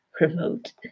remote